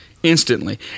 Instantly